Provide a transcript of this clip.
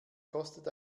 kostet